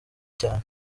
cyane